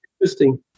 interesting